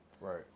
Right